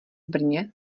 brně